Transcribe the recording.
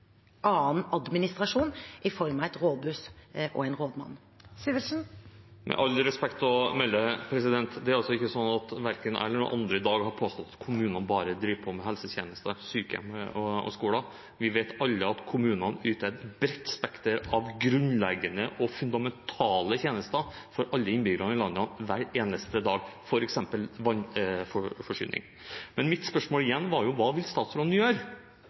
annen administrasjon i form av et rådhus og en rådmann. Det blir oppfølgingsspørsmål – først Eirik Sivertsen. Med #heierna respekt å melde: Verken jeg eller noen andre i dag har påstått at kommunene bare driver på med helsetjenester, sykehjem og skoler. Vi vet alle at kommunene yter et bredt spekter av grunnleggende og fundamentale tjenester for alle innbyggere i landet hver eneste dag, f.eks. vannforsyning. Men mitt spørsmål – igjen – var: Hva vil statsråden gjøre?